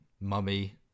mummy